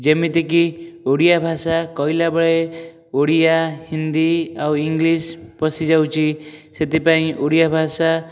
ଯେମିତିକି ଓଡ଼ିଆ ଭାଷା କହିଲା ବେଳେ ଓଡ଼ିଆ ହିନ୍ଦୀ ଆଉ ଇଂଲିଶ୍ ପଶି ଯାଉଛି ସେଥିପାଇଁ ଓଡ଼ିଆ ଭାଷା